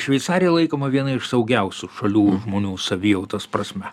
šveicarija laikoma viena iš saugiausių šalių žmonių savijautos prasme